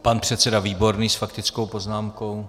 Pan předseda Výborný s faktickou poznámkou.